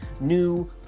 new